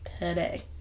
today